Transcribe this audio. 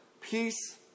peace